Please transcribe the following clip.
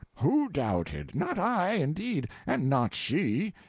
who doubted? not i, indeed and not she.